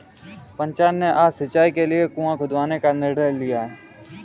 पंचायत ने आज सिंचाई के लिए कुआं खुदवाने का निर्णय लिया है